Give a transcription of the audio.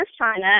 China